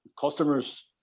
customers